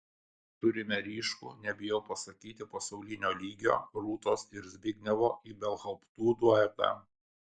turime ryškų nebijau pasakyti pasaulinio lygio rūtos ir zbignevo ibelhauptų duetą